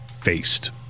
faced